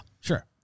sure